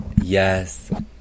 Yes